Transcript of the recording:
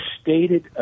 stated